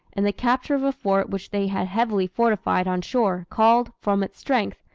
and the capture of a fort which they had heavily fortified on shore, called, from its strength,